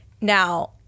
now